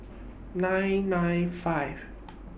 nine nine five